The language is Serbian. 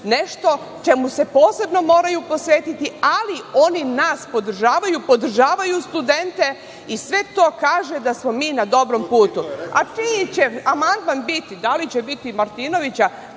nešto čemu se posebno moraju posvetiti, ali oni nas podržavaju, podržavaju studente i sve to kaže da smo mi na dobrom putu.A čiji će amandman biti, da li će biti od